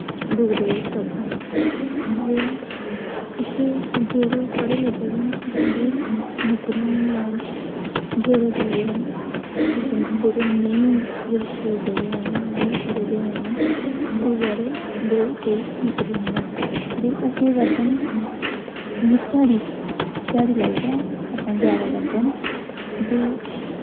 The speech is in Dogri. डोगरी लोक करदे न ते इत्थै जेह्ड़े पढ़े लिखे दे न ते उंदी नौकरियां बी हैन जेह्ड़े गरीब न जां जेह्ड़े नेईं जेह्ड़े स्कूल गेदे हैन नेईं पढ़े दे हैन ओह् बचारे उं'दे कोल कोई नौकरी नेईं ऐ ते ओह् केह् करदे न इयै ध्याड़ी ध्याड़ी लाइयै अपना गजारा करदे न ते